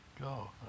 Go